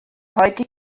heute